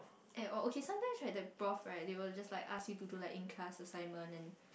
at all okay sometimes right the prof right they will just like ask you to do like in class assignment and